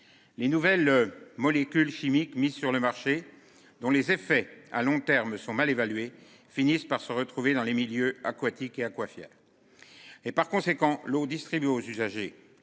Les nouvelles molécules chimiques mises sur le marché, dont les effets à long terme sont mal évalué finissent par se retrouver dans les milieux aquatiques et quoi fier. Et par conséquent l'eau distribuée aux usagers.